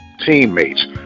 teammates